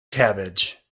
cabbage